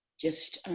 just